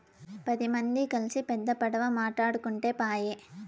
పది మంది కల్సి పెద్ద పడవ మాటాడుకుంటే పాయె